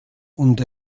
und